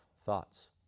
thoughts